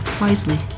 wisely